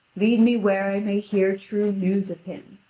lead me where i may hear true news of him.